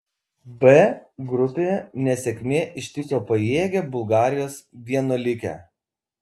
b grupėje nesėkmė ištiko pajėgią bulgarijos vienuolikę